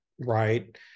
Right